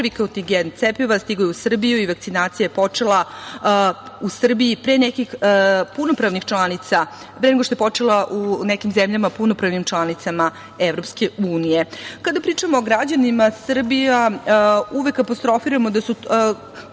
EU.Kada pričamo o građanima, Srbija uvek apostrofiramo koji su